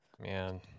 Man